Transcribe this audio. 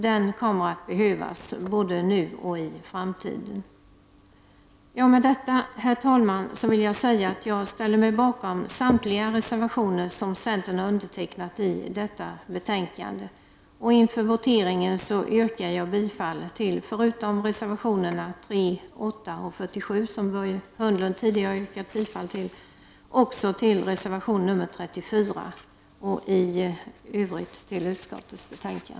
Den kommer att behövas — både nu och i framtiden! Med detta, herr talman, vill jag säga att jag ställer mig bakom samtliga reservationer som centern har undertecknat i detta betänkande. Inför voteringen yrkar jag bifall, förutom till reservationerna 3, 8 och 47 som Börje Hörnlund tidigare yrkat bifall till, till reservation nr 34 och i övrigt till utskottets hemställan.